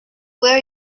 where